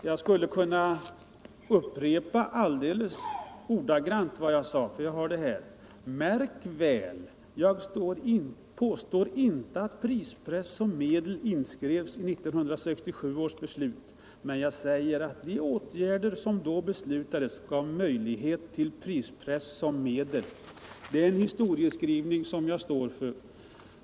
Jag skulle kunna upprepa ordagrant vad jag sade: ”Märk väl, jag påstår inte att prispress som medel inskrevs i 1967 års beslut, men de åtgärder som då beslutades innebar möjligheter att använda prispress som medel.” Det är en historieskrivning som jag står för.